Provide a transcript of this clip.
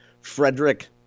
Frederick